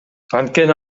анткени